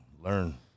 learn